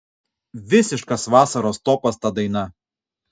visiškas vasaros topas ta daina